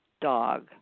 dog